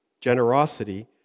generosity